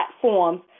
platforms